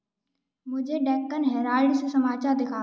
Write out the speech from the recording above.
मुझे डेक्कन हेराल्ड से समाचार दिखाओ